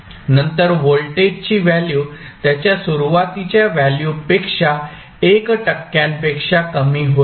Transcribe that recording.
नंतर व्होल्टेजची व्हॅल्यू त्याच्या सुरुवातीच्या व्हॅल्यू पेक्षा 1 टक्क्यांपेक्षा कमी होईल